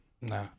Nah